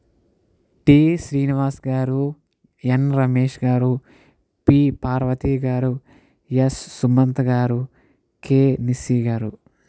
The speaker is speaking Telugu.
టి శ్రీనివాస్ గారు ఎన్ రమేష్ గారు పి పార్వతి గారు ఎస్ సుమంత్ గారు కే నిసీ గారు